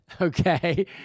okay